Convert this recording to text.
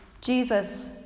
Jesus